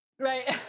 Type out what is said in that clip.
Right